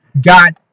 got